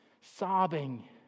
sobbing